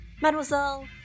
Mademoiselle